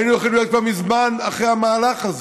היינו יכולים להיות כבר מזמן אחרי המהלך הזה.